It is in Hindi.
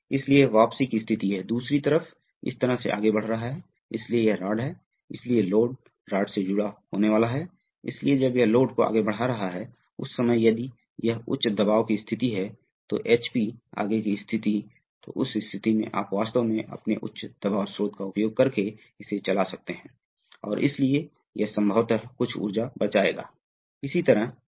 क्योंकि ये आम तौर पर बहुत सटीक नियंत्रण उपकरण हैं इसलिए गतिशीलता को समझना महत्वपूर्ण है क्योंकि इस पर इतना भार अभिनय है इस पर इतना बल अभिनय करता है कि यह गतिशीलता वास्तव में प्रभावित कर सकती है उदाहरण के लिए एक विमान में अधिनियम की गतिशीलता बहुत महत्वपूर्ण है